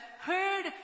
heard